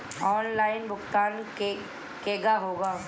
Online भुगतान केगा होला?